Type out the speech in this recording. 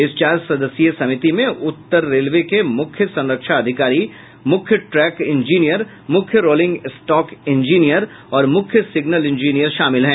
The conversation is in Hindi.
इस चार सदस्यीय समिति में उत्तर रेलवे के मुख्य संरक्षा अधिकारी मुख्य ट्रैक इंजीनियर मुख्य रोलिंग स्टॉक इंजीयिन और मुख्य सिग्नल इंजीनियर शामिल हैं